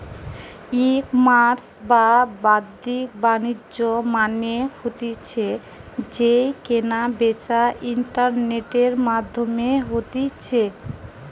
ecommerce বা বাদ্দিক বাণিজ্য মানে হতিছে যেই কেনা বেচা ইন্টারনেটের মাধ্যমে হতিছে